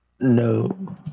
No